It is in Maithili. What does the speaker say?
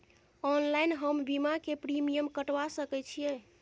ऑनलाइन हम बीमा के प्रीमियम कटवा सके छिए?